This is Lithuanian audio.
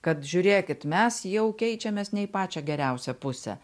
kad žiūrėkit mes jau keičiamės ne į pačią geriausią pusę